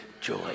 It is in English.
joy